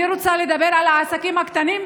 אני רוצה לדבר על העסקים הקטנים,